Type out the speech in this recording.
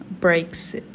breaks